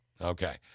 Okay